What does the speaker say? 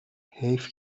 حیف